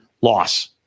loss